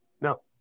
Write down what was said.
No